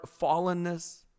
fallenness